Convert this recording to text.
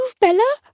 Bella